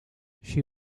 she